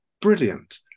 brilliant